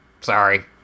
Sorry